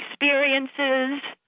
experiences